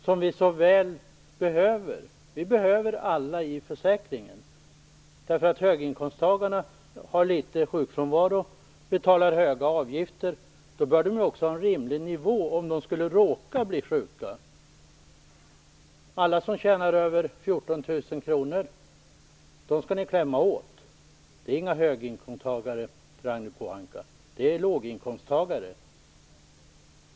Vi behöver dem ju så väl - vi behöver alla i försäkringen. Höginkomsttagarna har låg sjukfrånvaro och betalar höga avgifter, och de bör också ha en rimlig nivå om de skulle råka bli sjuka. Alla som tjänar över 14 000 kr skall ni klämma åt. Men det är inga höginkomsttagare, Ragnhild Pohanka, utan det är låginkomsttagare.